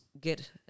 get